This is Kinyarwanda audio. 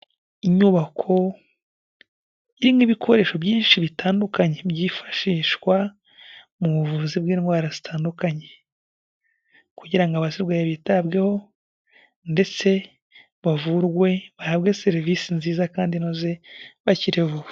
Inyubako irimo'ibikoresho byinshi bitandukanye byifashishwa mu buvuzi bw'indwara zitandukanye. Kugira ngo abasigaye barwaye bitabweho ndetse bavurwe bahabwe serivisi nziza kandi inoze bakire vuba.